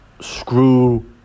screw